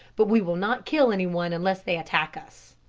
but we will not kill anyone unless they attack us.